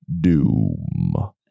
doom